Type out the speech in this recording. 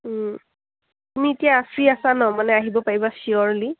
তুমি এতিয়া ফ্ৰী আছা ন মানে আহিব পাৰিবা চিয়'ৰলি